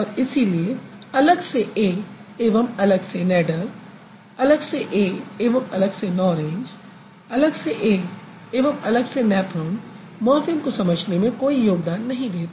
और इसलिए अलग से a एवं अलग से नैडर अलग से a एवं अलग से नॉरेंज अलग से a एवं अलग से नैप्रॉन मॉर्फ़िम को समझने में कोई योगदान नहीं देते